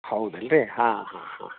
ಹೌದಲ್ಲ ರೀ ಹಾಂ ಹಾಂ ಹಾಂ